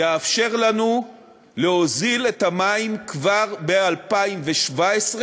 יאפשר לנו להוזיל את המים בשיעור ניכר כבר ב-2017.